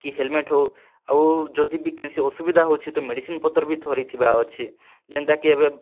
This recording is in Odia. କି ହେଲମେଟ୍ ହେଉ ଆଉ ଯଦି ବି କେନ୍ସି ଅସୁବିଧା ହେଉଛେ ତ ମେଡ଼ିସିନ୍ ପତର୍ ବି ଧରିଥିବାର୍ ଅଛେ ଯେନ୍ତା କି ଏବେ